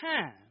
time